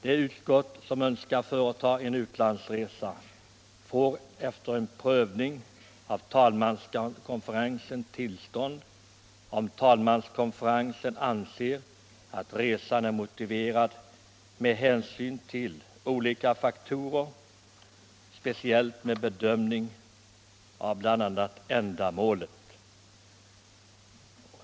Det utskott som önskar företa en utlandsresa får efter prövning av talmanskonferensen tillstånd, om talmanskonferensen anser att resan är motiverad med hänsyn till olika faktorer, speciellt vid bedömning av ändamålet.